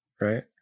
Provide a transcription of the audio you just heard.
right